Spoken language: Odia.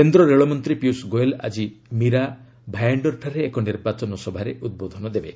କେନ୍ଦ୍ର ରେଳମନ୍ତ୍ରୀ ପିୟୁଷ ଗୋଏଲ୍ ଆଜି ମୀରା ଭାୟାଣ୍ଡରଠାରେ ଏକ ନିର୍ବାଚନସଭାରେ ଉଦ୍ବୋଧନ ଦେବେ